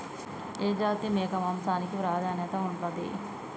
ఏ జాతి మేక మాంసానికి ప్రాధాన్యత ఉంటది?